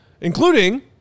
Including